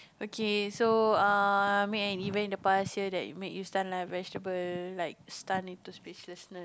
okay so err make an event in the past year that make you stand like vegetable like stand into speechlessness